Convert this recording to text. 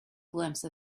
glimpse